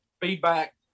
feedback